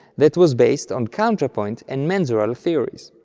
that was based on counterpoint and mensural theories.